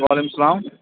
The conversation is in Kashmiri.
وعلیکمُ اسلام